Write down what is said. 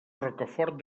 rocafort